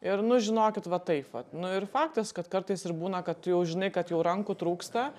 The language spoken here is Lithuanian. ir nu žinokit va taip vat nu ir faktas kad kartais ir būna kad tu jau žinai kad jau rankų trūksta